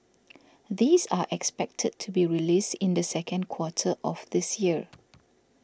these are expected to be released in the second quarter of this year